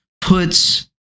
puts